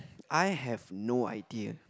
I have no idea